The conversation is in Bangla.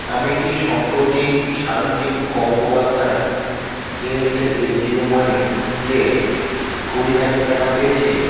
আমি কি সম্প্রতি শায়নদীপ গঙ্গোপাধ্যায় এর থেকে জিও মানিতে কুড়ি হাজার টাকা পেয়েছি